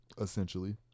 essentially